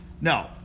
no